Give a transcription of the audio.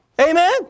Amen